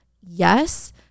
yes